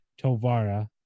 Tovara